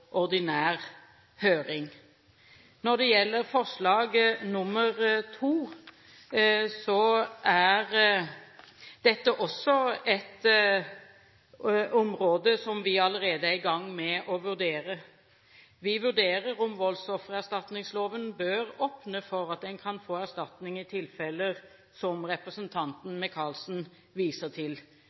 Når det gjelder forslag nr. 2, så er dette også et område som vi allerede er i gang med å vurdere. Vi vurderer om voldsoffererstatningsloven bør åpne for at man kan få erstatning i tilfeller som representanten Michaelsen viser til.